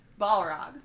Balrog